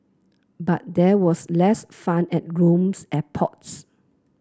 but there was less fun at Rome's airports